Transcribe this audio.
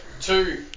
two